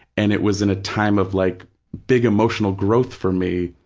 and it was in a time of like big emotional growth for me.